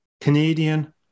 canadian